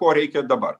ko reikia dabar